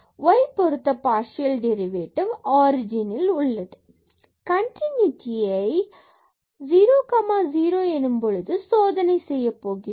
y பொருத்த partial derivative 00 origin ல் உள்ளது fxx→0fx0 f00x கன்டினுடியை continuity ஐ 00 எனும் போது சோதனை செய்யப் போகிறோம்